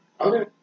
Okay